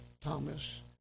Thomas